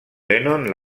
lennon